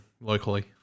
locally